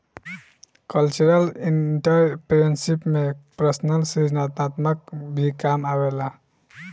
cultural entrepreneurship में personal सृजनात्मकता भी काम आवेला